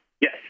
Yes